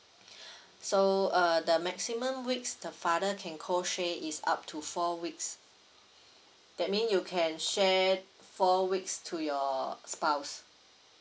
so uh the maximum weeks the father can co share is up to four weeks that mean you can share four weeks to your spouse